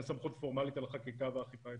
סמכות פורמלית על החקיקה והאכיפה אצלנו.